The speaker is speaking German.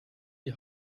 die